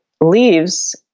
leaves